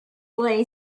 lay